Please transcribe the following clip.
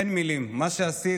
אין מילים, מה שעשית.